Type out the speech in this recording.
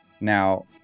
Now